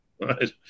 Right